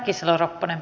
kiitos